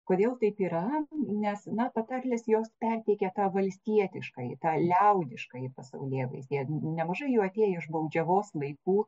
kodėl taip yra nes na patarlės jos perteikia tą valstietiškąjį tą liaudiškąjį pasaulėvaizdį nemažai jų atėję iš baudžiavos laikų